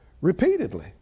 Repeatedly